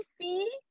see